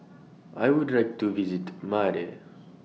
I Would like to visit Male